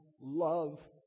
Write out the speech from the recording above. love